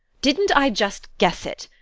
didn't i just guess it!